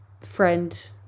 friend